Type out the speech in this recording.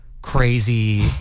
Crazy